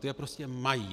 Ty je prostě mají.